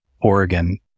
Oregon